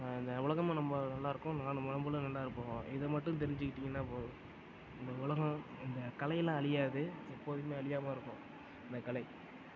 இந்த உலகமும் நம்ம நல்லா இருக்கும் நம்மளும் நல்லா இருப்போம் இதை மட்டும் தெரிஞ்சிகிட்டிங்கனா போதும் இந்த உலகம் இந்த கலையெல்லாம் அழியாது எப்போதும் அழியாமல் இருக்கும் இந்த கலை